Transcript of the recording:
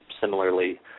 Similarly